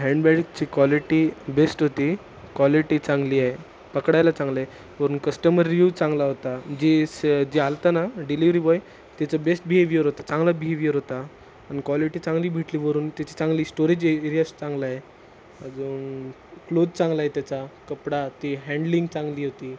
हँडबॅगची quality best होती quality चांगली आहे पकडायला चांगलं आहे वरून कस्टमर रिव्यू चांगला होता जी स जे आला होता ना डिलिवरी बॉय त्याचं बेस्ट बिहेवियर होता चांगला बिहेविअर होता आणि क्वालिटी चांगली भेटली वरून त्याची चांगली स्टोरेज एरियास चांगला आहे अजून क्लोथ चांगला आहे त्याचा कपडा ती हँडलिंग चांगली होती